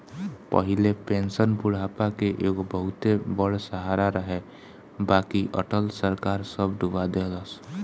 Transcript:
पहिले पेंशन बुढ़ापा के एगो बहुते बड़ सहारा रहे बाकि अटल सरकार सब डूबा देहलस